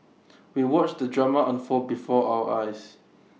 we watched the drama unfold before our eyes